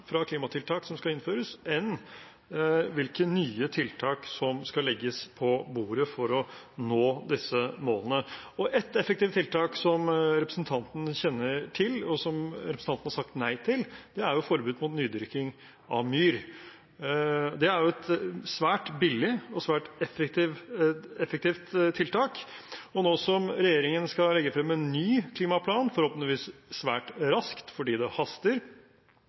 fra klimatiltak som skal innføres, enn hvilke nye tiltak som skal legges på bordet for å nå disse målene. Ett effektivt tiltak som representanten kjenner til, og som representanten har sagt nei til, er forbud mot nydyrking av myr. Det er jo et svært billig og svært effektivt tiltak. Og nå som regjeringen skal legge frem en ny klimaplan, forhåpentligvis svært raskt, fordi det haster,